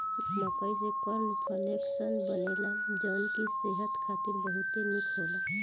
मकई से corn flakes बनेला जवन की सेहत खातिर बहुते निक होला